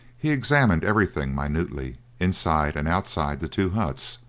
he examined everything minutely inside and outside the two huts,